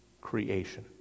creation